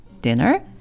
dinner